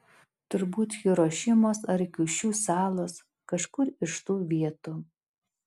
turbūt hirošimos ar kiušiu salos kažkur iš tų vietų